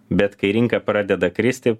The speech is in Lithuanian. bet kai rinka pradeda kristi